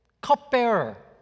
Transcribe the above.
cupbearer